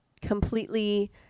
completely